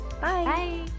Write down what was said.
Bye